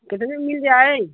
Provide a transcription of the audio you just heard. कितने में मिल जाए